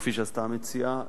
כפי שעשתה המציעה,